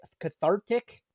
cathartic